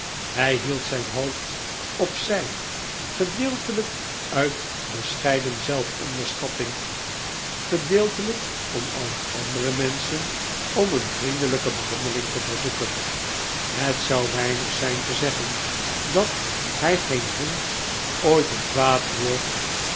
hij hield zijn hoofd op zij gedeeltelijk uit bescheiden zelfonderschatting gedeeltelijk om alle andere menschen om een vriendelijke behandeling te verzoeken het zou weinig zijn te zeggen dat hij geen hond ooit een kwaad woord